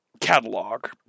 catalog